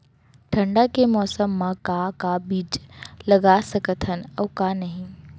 ठंडा के मौसम मा का का बीज लगा सकत हन अऊ का नही?